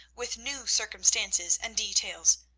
with new circumstances and details,